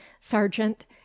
Sergeant